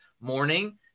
morning